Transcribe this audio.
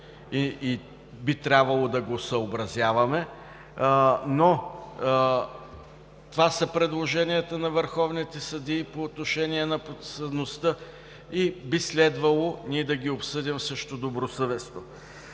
и би трябвало да го съобразяваме. Това обаче са предложенията на върховните съдии по отношение на подсъдността и би следвало ние да ги обсъдим също добросъвестно.